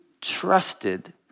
trusted